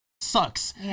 sucks